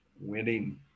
winning